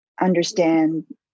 understand